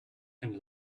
and